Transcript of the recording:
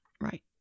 Right